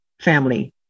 family